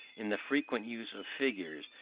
in the frequent use of figures,